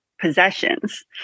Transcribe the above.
possessions